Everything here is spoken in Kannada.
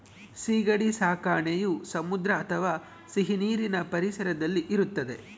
ಸೀಗಡಿ ಸಾಕಣೆಯು ಸಮುದ್ರ ಅಥವಾ ಸಿಹಿನೀರಿನ ಪರಿಸರದಲ್ಲಿ ಇರುತ್ತದೆ